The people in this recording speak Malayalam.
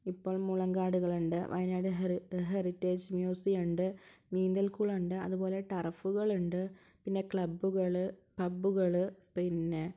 ഇപ്പോൾ മുളം കാടുകളുണ്ട് വയനാട് ഹെറി ഹെറിറ്റേജ് മ്യൂസിയം ഉണ്ട് നീന്തൽ കുളമുണ്ട് അതുപോലെ ടർഫുകളുണ്ട് പിന്നെ ക്ലബ്ബുകൾ പബ്ബുകൾ പിന്നെ